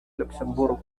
luxemburgo